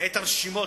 את רשימות